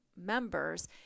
members